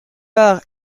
par